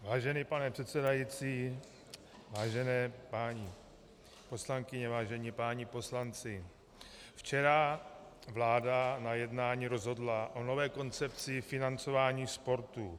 Vážený pane předsedající, vážené paní poslankyně, vážení páni poslanci, včera vláda na jednání rozhodla o nové koncepci financování sportu.